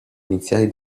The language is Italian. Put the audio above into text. iniziali